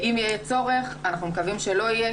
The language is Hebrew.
אם יהיה צורך ואנחנו מקווים שלא יהיה,